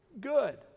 good